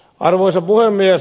arvoisa puhemies